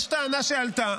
יש טענה שעלתה,